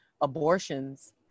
abortions